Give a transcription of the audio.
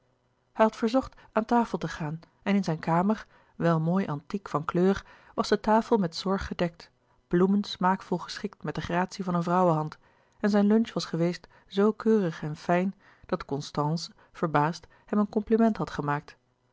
had verzocht aan tafel te gaan en in zijne kamer wel mooi antiek van kleur was de tafel met zorg gedekt bloemen smaakvol geschikt met de gratie van een vrouwehand en zijn lunch was geweest zoo keurig en fijn dat constance verbaasd hem een compliment had gemaakt